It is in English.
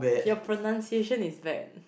your pronunciation is bad